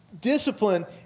Discipline